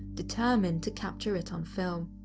determined to capture it on film.